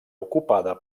ocupada